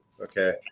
okay